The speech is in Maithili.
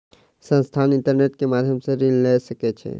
संस्थान, इंटरनेट के माध्यम सॅ ऋण लय सकै छै